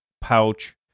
pouch